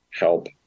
help